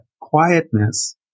quietness